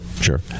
sure